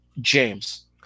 James